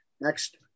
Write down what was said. Next